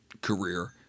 career